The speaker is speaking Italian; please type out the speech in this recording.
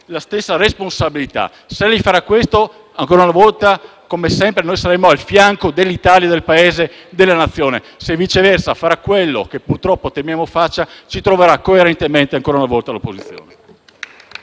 la stessa responsabilità. Se lei farà questo, ancora una volta, come sempre, noi saremo al fianco dell'Italia, del Paese, della Nazione, se viceversa farà quanto purtroppo temiamo faccia, ci troverà coerentemente ancora una volta all'opposizione.